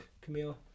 Camille